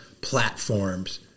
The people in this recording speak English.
platforms